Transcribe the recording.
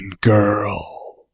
girl